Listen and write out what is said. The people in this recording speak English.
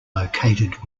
located